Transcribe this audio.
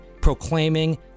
proclaiming